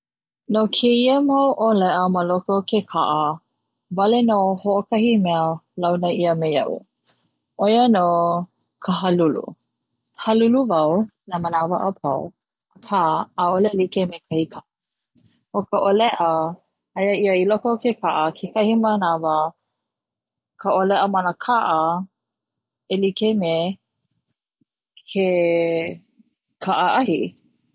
No keia mau ʻolea ma loko o ke kaʻa wale no hoʻokahi mea launa ia me iaʻu ʻoia no ka halulu. Halulu wau i na manawa apau, aka ʻaʻole like me kahi kaʻa. o ka ʻolea aia ia i loko i ke kaʻa, kahi manawa ka ʻolea ma na kaʻa e like me ke kaaʻahi.